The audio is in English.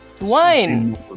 wine